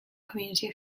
community